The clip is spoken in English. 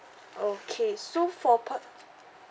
okay so for part